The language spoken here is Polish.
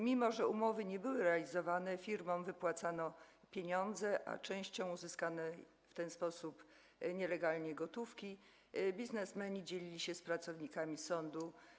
Mimo że umowy nie były realizowane, firmom wypłacano pieniądze, a częścią uzyskanej w ten sposób, nielegalnie gotówki biznesmeni dzielili się z pracownikami sądu.